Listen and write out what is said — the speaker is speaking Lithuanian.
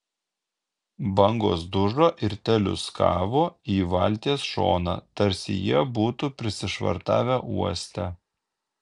bangos dužo ir teliūskavo į valties šoną tarsi jie būtų prisišvartavę uoste